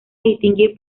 distinguir